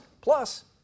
Plus